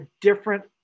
different